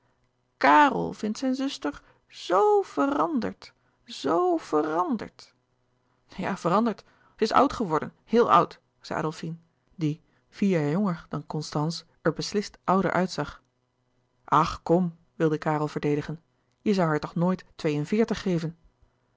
kàrel vindt zijn zuster zo veranderd zo veranderd ja veranderd ze is oud geworden heel oud zei adolfine die vier jaar jonger dan constance er beslist ouder uit zag louis couperus de boeken der kleine zielen ach kom wilde karel verdedigen je zoû haar toch nooit twee-en-veertig geven